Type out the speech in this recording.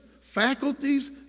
faculties